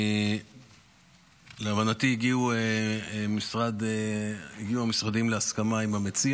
להבנתי המשרדים הגיעו להבנה עם המציע